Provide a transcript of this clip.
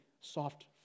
soft